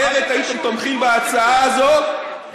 אחרת הייתם תומכים בהצעה הזאת,